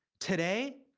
today,